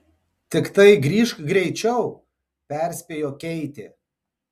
tiktai grįžk greičiau perspėjo keitė